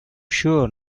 sure